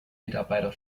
mitarbeiter